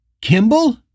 Kimball